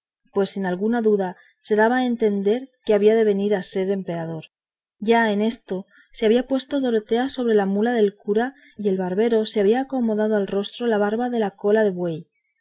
pues sin alguna duda se daba a entender que había de venir a ser emperador ya en esto se había puesto dorotea sobre la mula del cura y el barbero se había acomodado al rostro la barba de la cola de buey